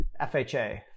FHA